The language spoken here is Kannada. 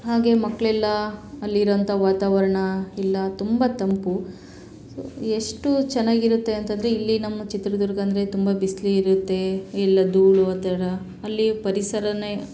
ಹಾಗೇ ಮಕ್ಕಳೆಲ್ಲ ಅಲ್ಲಿರೋಂಥ ವಾತಾವರಣ ಎಲ್ಲ ತುಂಬ ತಂಪು ಎಷ್ಟು ಚೆನ್ನಾಗಿರುತ್ತೆ ಅಂತಂದರೆ ಇಲ್ಲಿ ನಮ್ಮ ಚಿತ್ರದುರ್ಗ ಅಂದರೆ ತುಂಬ ಬಿಸ್ಲು ಇರುತ್ತೆ ಎಲ್ಲ ಧೂಳು ಆ ಥರ ಅಲ್ಲಿ ಪರಿಸರಾನೆ